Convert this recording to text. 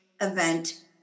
event